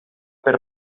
per